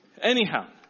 Anyhow